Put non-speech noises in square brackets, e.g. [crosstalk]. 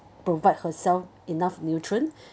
provide herself enough nutrient [breath]